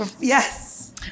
Yes